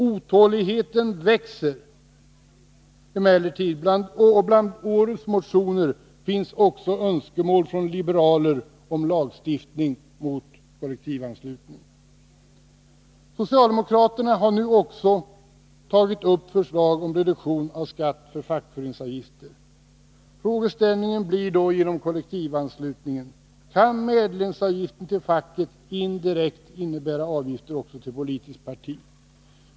Otåligheten växer emellertid, och bland årets motioner finns det också liberala sådana med önskemål om lagstiftning mot kollektivanslutning. Socialdemokraterna har nu också aktualiserat förslaget om reduktion av skatten för fackföreningsavgifter. Till följd av kollektivanslutningen blir då frågeställningen: Kan medlemsavgifter till facket indirekt innebära avgifter också till politiskt parti?